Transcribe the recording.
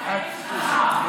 תתחרה איתו.